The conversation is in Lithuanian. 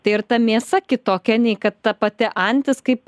tai ir ta mėsa kitokia nei kad ta pati antis kaip